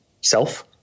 self